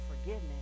forgiveness